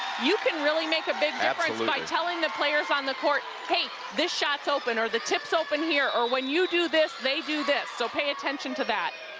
you can really make a big difference by tellingthe players on the court, hey, this shot's open, or the tip's open here, or when you do this, they do this, so pay attention to that.